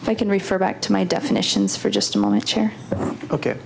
if i can refer back to my definitions for just a moment chair ok